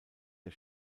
der